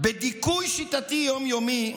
בדיכוי שיטתי יום-יומי?